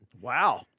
Wow